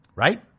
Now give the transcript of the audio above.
Right